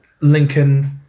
Lincoln